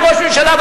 כראש ממשלה,